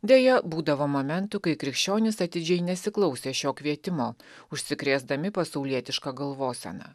deja būdavo momentų kai krikščionys atidžiai nesiklausė šio kvietimo užsikrėsdami pasaulietiška galvosena